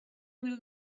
will